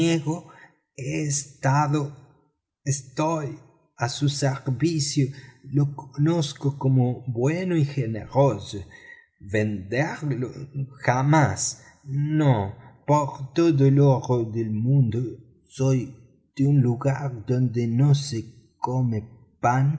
estado estoy a su servcio lo conozco como bueno y generoso venderlo jamás no por todo el oro del mundo soy de un lugar donde no se come pan